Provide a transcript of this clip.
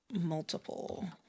multiple